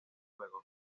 juego